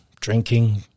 drinking